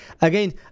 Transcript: again